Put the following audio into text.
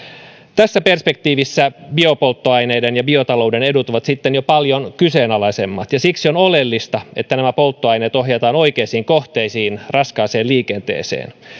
tässä perspektiivissä biopolttoaineiden ja biotalouden edut ovat sitten jo paljon kyseenalaisemmat ja siksi on oleellista että nämä polttoaineet ohjataan oikeisiin kohteisiin raskaaseen liikenteeseen